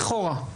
לכאורה,